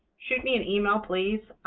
shoot me an email, please,